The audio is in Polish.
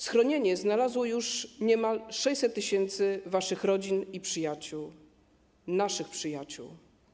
Schronienie znalazło już niemal 600 tys. waszych rodzin i przyjaciół, naszych przyjaciół.